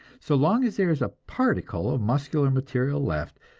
so long as there is a particle of muscular material left,